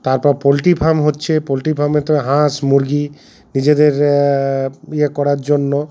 তারপর poultry farm হচ্ছে poultry ফার্মে তো হাঁস মুরগি নিজেদের ইয়ে করার জন্য